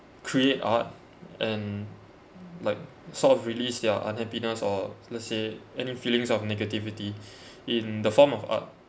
create art and like sort of released their unhappiness or let's say any feelings of negativity in the form of art